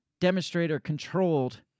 demonstrator-controlled